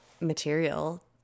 material